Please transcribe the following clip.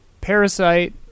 Parasite